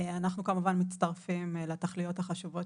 אנחנו כמובן מצטרפים לתכליות החשובות